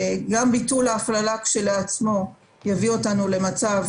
גם ביטול ההפללה כשלעצמו יביא אותנו למצב